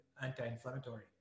anti-inflammatory